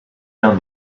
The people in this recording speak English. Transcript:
down